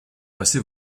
passé